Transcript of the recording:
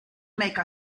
make